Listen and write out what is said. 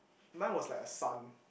mine was like a sun